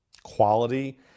Quality